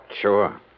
Sure